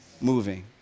moving